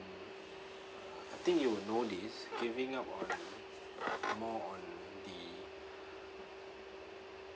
I think you would know this giving up on more on the